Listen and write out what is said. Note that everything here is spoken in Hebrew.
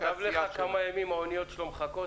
שהעשייה שלהם..." --- הוא כתב לך כמה ימים האוניות שלו מחכות?